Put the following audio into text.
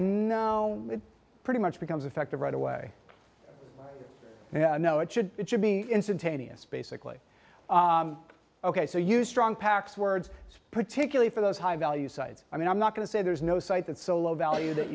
no it pretty much becomes effective right away no it should it should be instantaneous basically ok so use strong packs words particularly for those high value side i mean i'm not going to say there's no site that's so low value that